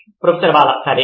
professor Bala సరే